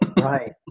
Right